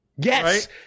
Yes